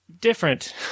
different